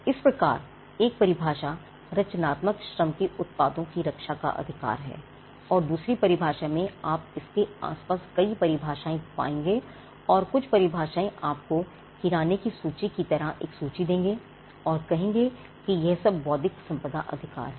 इस प्रकार एक परिभाषा रचनात्मक श्रम के उत्पादों की रक्षा का अधिकार है और दूसरी परिभाषा में आप इसके आसपास कई परिभाषाएं पाएंगे और कुछ परिभाषाएं आपको किराने की सूची की तरह एक सूची देंगे और कहेंगे कि यह सब बौद्धिक संपदा अधिकार हैं